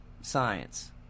science